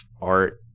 art